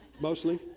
Mostly